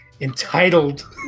entitled